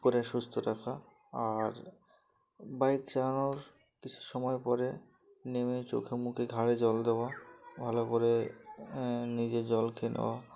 করে সুস্থ রাখা আর বাইক চালানোর কিছু সময় পরে নেমে চোখে মুখে ঘাড়ে জল দেওয়া ভালো করে নিজে জল খেয়ে নেওয়া